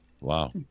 wow